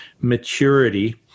maturity